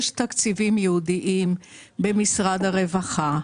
יש תקציבים ייעודיים במשרד הרווחה,